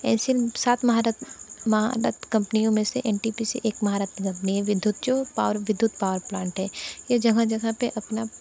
N C L सात महारत्न महारत कंपनियों में से एन टी पी सी एक महारत्न कंपनी हैं विद्युत जो पावर विद्युत पावर प्लांट हैं यह जगह जगह पर अपना